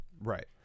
Right